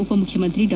ಉಪ ಮುಖ್ಯಮಂತ್ರಿ ಡಾ